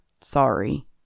Sorry